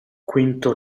quinto